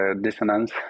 dissonance